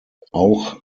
auch